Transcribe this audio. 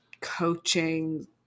coaching